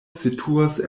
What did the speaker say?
situas